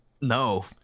No